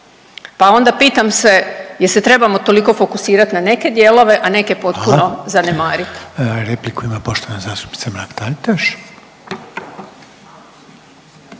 Pa onda pitam se jel se trebamo toliko fokusirati na neke dijelove, a neke potpuno …/Upadica: